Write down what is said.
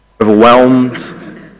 Overwhelmed